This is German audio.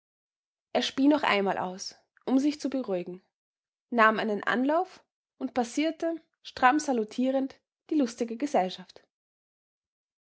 er spie noch einmal aus um sich zu beruhigen nahm einen anlauf und passierte stramm salutierend die lustige gesellschaft